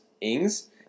Ings